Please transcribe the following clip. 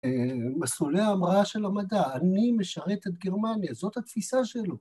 ‫מסלולי ההמראה של המדע, ‫אני משרת את גרמניה, זאת התפיסה שלו.